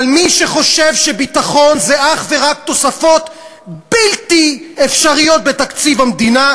אבל מי שחושב שביטחון זה אך ורק תוספות בלתי אפשריות בתקציב המדינה,